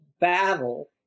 battle